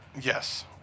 Yes